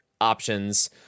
options